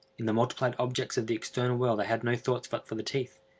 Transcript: in the multiplied objects of the external world i had no thoughts but for the teeth.